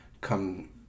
come